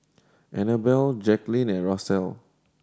Annabelle Jaclyn and Russell